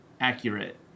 accurate